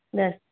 दस